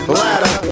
ladder